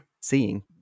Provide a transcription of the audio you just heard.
seeing